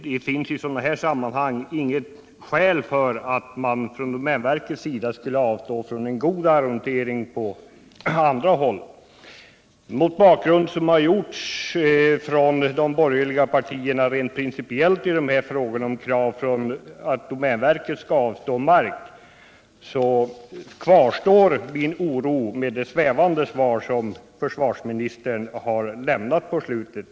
Det finns i det här sammanhanget inget skäl för att domänverket skulle avstå från en god arrondering på andra håll. Mot bakgrund av vad de borgerliga partierna uttalat rent principiellt i de här frågorna beträffande krav på att domänverket skall avstå mark, kvarstår min oro efter det svävande svar som försvarsministern lämnade på slutet.